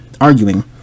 arguing